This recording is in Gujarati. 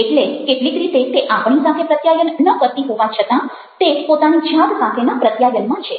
એટલે કેટલીક રીતે તે આપણી સાથે પ્રત્યાયન ન કરતી હોવા છતાં તે પોતાની જાત સાથેના પ્રત્યાયનમાં છે